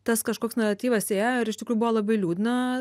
tas kažkoks naratyvas ėjo ir iš tikrųjų buvo labai liūdna